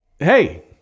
Hey